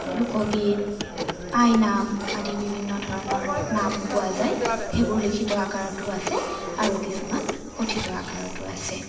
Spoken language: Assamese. লোকগীত আইনাম আদি বিভিন্ন ধৰণৰ নামো পোৱা যায় সেইবোৰ লিখিত আকাৰতো আছে আৰু কিছুমান কথিত আকাৰতো আছে